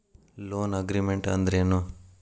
Loan agreement ಅಂದ್ರೇನು?